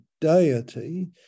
deity